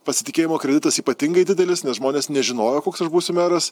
pasitikėjimo kreditas ypatingai didelis nes žmonės nežinojo koks aš būsiu meras